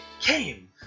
came